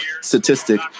statistic